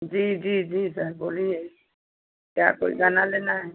जी जी जी सर बोलिए क्या कोई गहना लेना है